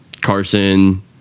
Carson